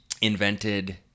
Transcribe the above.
Invented